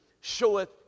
showeth